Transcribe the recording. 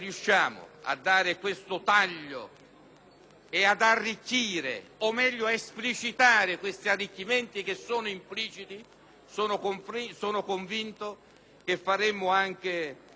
nostra politica e ad esplicitare questi arricchimenti, che sono impliciti, sono convinto che daremo anche un attestato di maggiore onore